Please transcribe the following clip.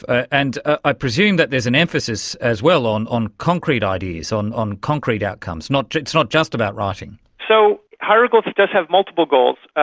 and i presume that there is an emphasis as well on on concrete ideas, on on concrete outcomes, it's not just about writing. so hieroglyph does have multiple goals.